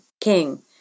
King